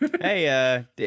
hey